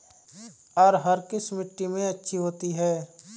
अरहर किस मिट्टी में अच्छी होती है?